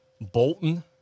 Bolton